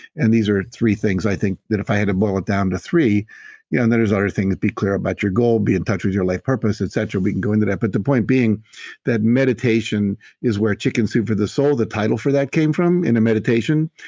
and these are three things i think that if i had to boil it down to three yeah and there's other things, be clear about your goal, be in touch with your life purpose, et cetera. we can go into that. but the point being that meditation is where chicken soup for the soul, the title for that came from in a meditation,